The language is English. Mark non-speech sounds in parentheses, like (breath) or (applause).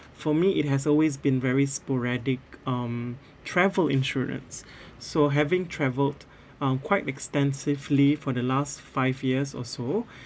for me it has always been very sporadic um travel insurance (breath) so having travelled um quite extensively for the last five years or so (breath)